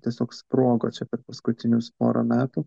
tiesiog sprogo čia per paskutinius porą metų